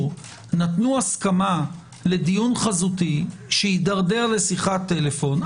נתנו הסכמה לדיון חזותי שהידרדר לשיחת טלפון,